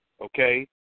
Okay